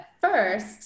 first